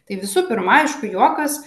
tai visų pirma aišku juokas